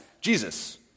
Jesus